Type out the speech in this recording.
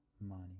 money